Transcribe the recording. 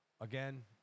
Again